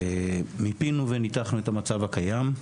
מיפינו וניתחנו את המצב הקיים.